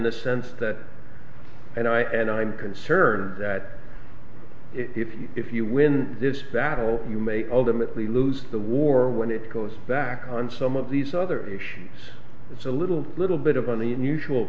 the sense that and i and i'm concerned that if you if you win this battle you may ultimately lose the war when it goes back on some of these other issues it's a little little bit of money unusual